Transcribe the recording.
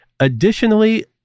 Additionally